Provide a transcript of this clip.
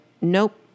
nope